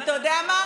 ואתה יודע מה?